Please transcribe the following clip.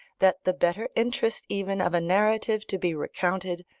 that the better interest even of a narrative to be recounted,